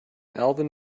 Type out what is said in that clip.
alvin